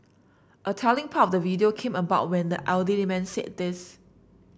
a telling part of the video came about when the elderly man said this